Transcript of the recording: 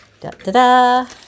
da-da-da